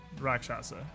Rakshasa